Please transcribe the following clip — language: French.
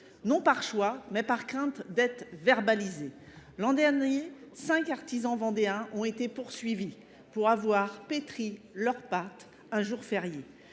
Non par choix, mais par crainte d'être verbalisés. L'an dernier, 5 artisans vendéens ont été poursuivis. pour avoir pétri leurs pattes un jour férié.